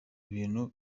bintu